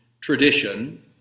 tradition